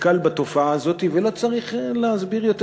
נתקל בתופעה הזאת ולא צריך להסביר יותר